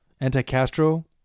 anti-castro